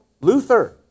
Luther